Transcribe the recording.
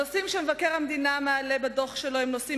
הנושאים שמבקר המדינה מעלה בדוח שלו הם נושאים